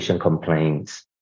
complaints